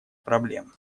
проблем